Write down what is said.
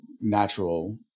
natural